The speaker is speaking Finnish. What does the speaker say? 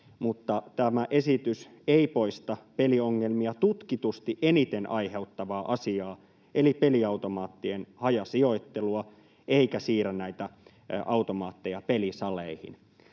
tämä esitys ei poista peliongelmia tutkitusti eniten aiheuttavaa asiaa eli peliautomaattien hajasijoittelua eikä siirrä näitä automaatteja pelisaleihin.